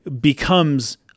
becomes